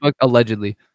allegedly